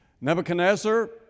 Nebuchadnezzar